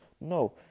no